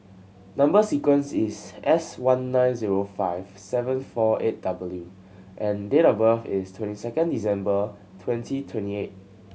number sequence is S one nine zero five seven four eight W and date of birth is twenty second December twenty twenty eight